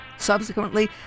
Subsequently